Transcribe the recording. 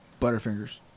Butterfingers